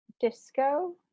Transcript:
disco